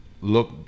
Look